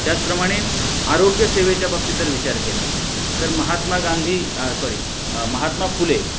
त्याचप्रमाणे आरोग्य सेवेच्या बाबतीत जर विचार केला तर महात्मा गांधी सॉरी महात्मा फुले